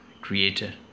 Creator